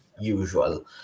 usual